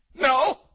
No